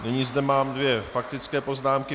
Nyní zde mám dvě faktické poznámky.